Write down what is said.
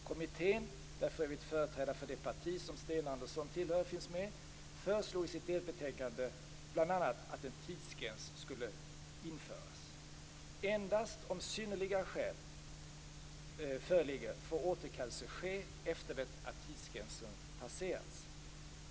Kommittén, där för övrigt företrädare för det parti som Sten Andersson tillhör finns med, föreslog i sitt delbetänkande Återkallelse av uppehållstillstånd bl.a. att en tidsgräns skulle införas. Endast om synnerliga skäl föreligger får återkallelse ske efter det att tidsgränsen passerats.